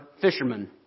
fishermen